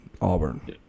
Auburn